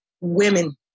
women